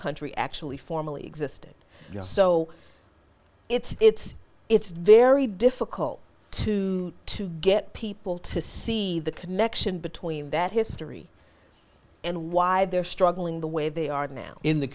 country actually formally existed so it's it's very difficult to to get people to see the connection between that history and why they're struggling the way they are now in the